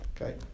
Okay